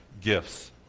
gifts